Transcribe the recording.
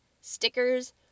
stickers